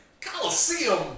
Coliseum